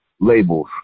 labels